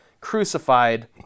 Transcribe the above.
crucified